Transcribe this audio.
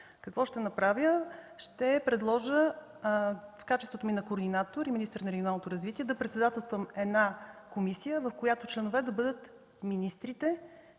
Какво ще направя? Ще предложа в качеството ми на координатор и министър на регионалното развитие да председателствам комисия, в която членове да бъдат министрите,